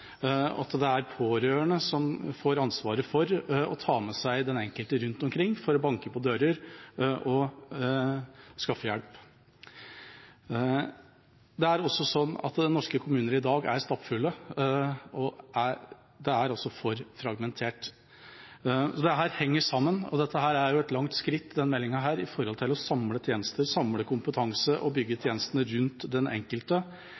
er pårørende som får ansvaret for å ta med seg den enkelte rundt omkring for å banke på dører og skaffe hjelp. Det er også slik at norske kommuner i dag er stappfulle. Det er også for fragmentert. Dette henger sammen, og denne meldinga er et langt skritt med hensyn til å samle tjenester og kompetanse og bygge tjenestene rundt den enkelte